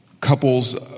couples